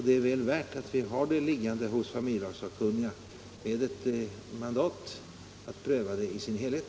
Det är väl värt att ha frågan liggande hos familjesakkunniga, som har mandat att pröva frågan i dess helhet.